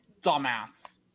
dumbass